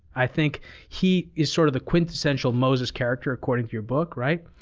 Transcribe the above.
i think he is sort of the quintessential moses character according to your book, right?